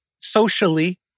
Socially